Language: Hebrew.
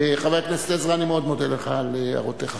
חבר הכנסת עזרא, אני מאוד מודה לך על הערותיך.